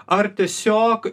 ar tiesiog